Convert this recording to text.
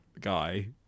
guy